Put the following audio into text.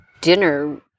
dinner